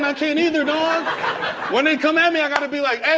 um can't either, dog when they come at me i gotta be like, aye